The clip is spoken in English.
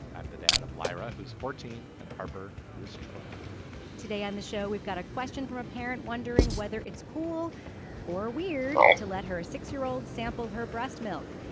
i'm the dad of lyra who's fourteen and harper was twelve today on the show we've got a question from a parent wondering whether it's cool or weird to let her six year old sampled her breast milk.